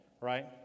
right